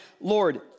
Lord